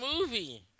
movie